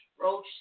roach